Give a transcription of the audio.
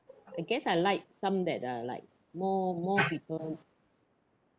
I guess I like some that are like more more people